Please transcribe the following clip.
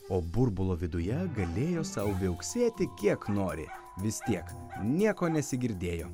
o burbulo viduje galėjo sau viauksėti kiek nori vis tiek nieko nesigirdėjo